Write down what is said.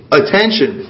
attention